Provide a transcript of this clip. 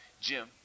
Jim